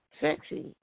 sexy